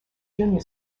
junior